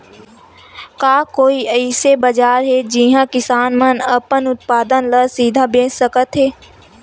का कोई अइसे बाजार हे जिहां किसान मन अपन उत्पादन ला सीधा बेच सकथे?